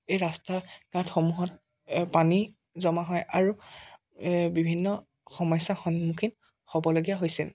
এই ৰাস্তা ঘাটসমূহত পানী জমা হয় আৰু এই বিভিন্ন সমস্যা সন্মুখীন হ'বলগীয়া হৈছে